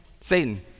Satan